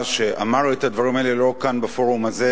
שאמר את הדברים האלה לא רק כאן בפורום הזה,